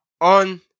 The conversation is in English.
on